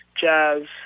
jazz